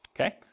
Okay